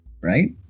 right